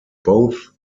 both